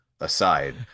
aside